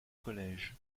collège